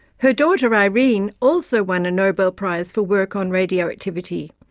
her daughter, irene, also won a nobel prize for work on radioactivity.